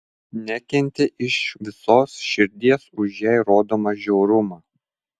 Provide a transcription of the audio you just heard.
nekentė iš visos širdies už jai rodomą žiaurumą